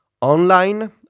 online